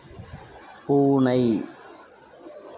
பூனை